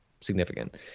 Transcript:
significant